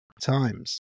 times